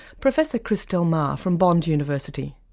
profess chris del mar from bond university.